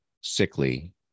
sickly